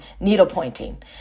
needlepointing